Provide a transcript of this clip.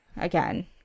again